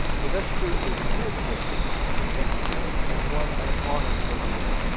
the investiture is a revered tradition in academia and one i am honored to host today.